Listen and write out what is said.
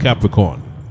Capricorn